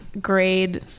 grade